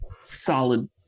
solid